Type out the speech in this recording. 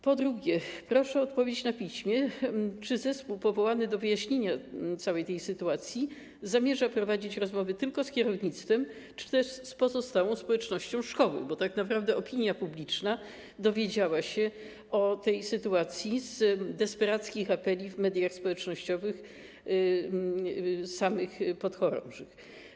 Po drugie, proszę odpowiedzieć na piśmie, czy zespół powołany do wyjaśnienia całej tej sytuacji zamierza prowadzić rozmowy tylko z kierownictwem, czy też z pozostałą społecznością szkoły, bo tak naprawdę opinia publiczna dowiedziała się o tej sytuacji z desperackich apeli w mediach społecznościowych samych podchorążych.